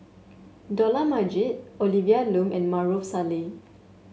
Dollah Majid Olivia Lum and Maarof Salleh